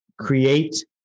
create